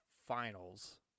finals